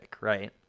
right